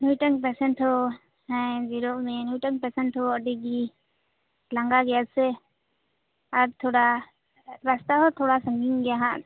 ᱱᱩᱭ ᱴᱟᱜ ᱯᱮᱥᱮᱱᱴ ᱦᱚᱸ ᱦᱮ ᱡᱤᱨᱟᱹᱜ ᱢᱮ ᱱᱩᱭᱴᱟᱜ ᱯᱮᱥᱮᱱᱴ ᱦᱚᱸ ᱟᱹᱰᱤᱜᱮ ᱞᱟᱸᱜᱟ ᱜᱮᱭᱟᱭ ᱥᱮ ᱟᱨ ᱛᱷᱚᱲᱟ ᱨᱟᱥᱛᱟ ᱦᱚᱸ ᱛᱷᱚᱲᱟ ᱥᱟᱺᱜᱤᱧ ᱜᱮᱭᱟ ᱦᱟᱸᱜ